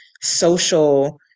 social